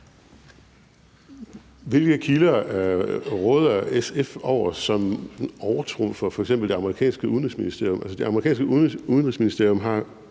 Hvilke kilder råder SF over, som overtrumfer f.eks. det amerikanske udenrigsministerium?